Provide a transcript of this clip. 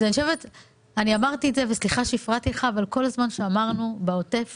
כל הזמן שאלנו בעוטף